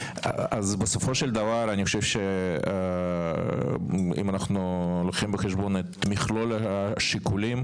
בסופו של דבר אני חושב שאם אנחנו לוקחים בחשבון את מכלול השיקולים,